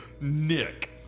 Nick